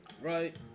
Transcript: Right